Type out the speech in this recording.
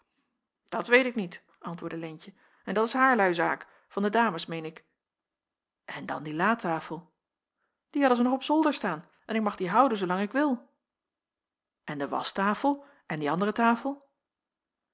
dat weet ik niet antwoordde leentje en dat is haarlui zaak van de dames meen ik en dan die latafel die hadden zij nog op zolder staan en ik mag die houden zoolang ik wil en de waschtafel en die andere tafel